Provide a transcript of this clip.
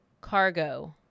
cargo